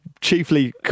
chiefly